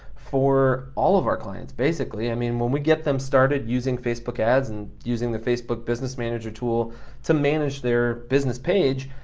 for all of our clients, basically. i mean, when we get them started using facebook ads and using the facebook business manager tool to manage their business page,